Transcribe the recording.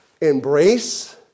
Embrace